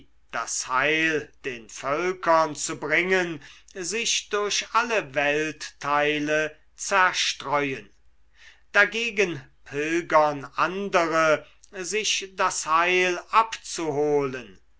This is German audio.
das heil den völkern zu bringen sich durch alle weltteile zerstreuen dagegen pilgern andere sich das heil abzuholen